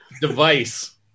device